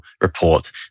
report